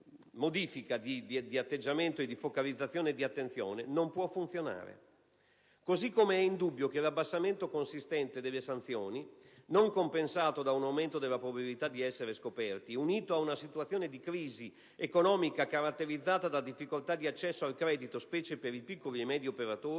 di atteggiamento e di focalizzazione e di attenzione, in realtà non può funzionare. Così come è indubbio che l'abbassamento consistente delle sanzioni, non compensato da un aumento della probabilità di essere scoperti, unito ad una situazione di crisi economica caratterizzata da difficoltà di accesso al credito specie per i piccoli e medi operatori,